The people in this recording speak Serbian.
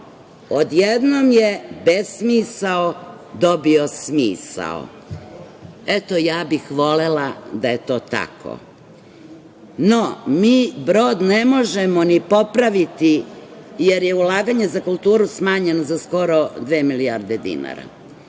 Odjednom je besmisao dobio smisao. Eto, ja bih volela da je to tako. No, mi brod ne možemo ni popraviti, jer je ulaganje za kulturu smanjeno za skoro dve milijarde dinara. Ne